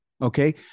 okay